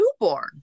newborn